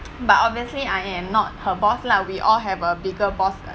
but obviously I am not her boss lah we all have a bigger boss